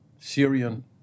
Syrian